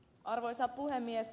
arvoisa puhemies